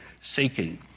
seeking